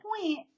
point